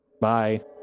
Bye